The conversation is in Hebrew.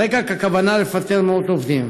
על רקע הכוונה לפטר מאות עובדים,